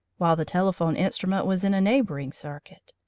while the telephone instrument was in a neighbouring circuit.